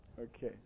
Okay